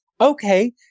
Okay